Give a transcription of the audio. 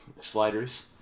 sliders